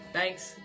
Thanks